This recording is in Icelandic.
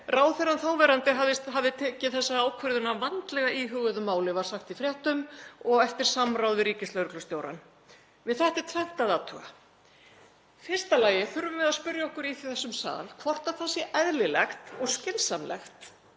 Ráðherrann þáverandi hafði tekið þessa ákvörðun að vandlega íhuguðu máli, var sagt í fréttum, og eftir samráð við ríkislögreglustjórann. Við þetta er tvennt að athuga: Í fyrsta lagi þurfum við að spyrja okkur í þessum sal hvort það sé eðlilegt og skynsamlegt